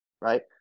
right